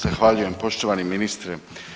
Zahvaljujem poštovani ministre.